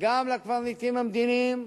וגם לקברניטים המדיניים,